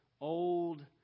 old